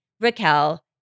Raquel